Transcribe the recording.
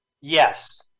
Yes